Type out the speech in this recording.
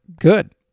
good